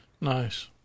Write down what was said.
Nice